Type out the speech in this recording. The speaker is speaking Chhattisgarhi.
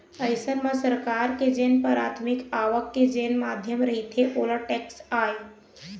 अइसन म सरकार के जेन पराथमिक आवक के जेन माध्यम रहिथे ओहा टेक्स आय